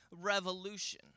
revolution